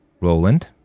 Roland